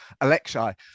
Alexei